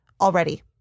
Already